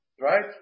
right